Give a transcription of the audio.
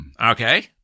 Okay